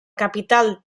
capital